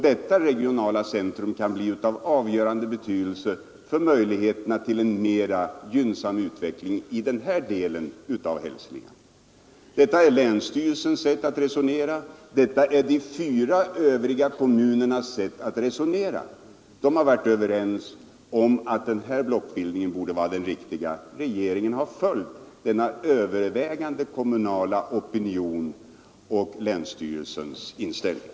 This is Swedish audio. Detta regionala centrum kan bli av avgörande betydelse för möjligheterna till en mera gynnsam utveckling i den här delen av Hälsingland. Detta är länsstyrelsens sätt att resonera. Det är de fyra övriga kommunernas sätt att resonera. De har varit överens om att den här blockbildningen borde vara den riktiga. Regeringen har följt denna övervägande kommunala opinion och länsstyrelsens inställning.